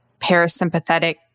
parasympathetic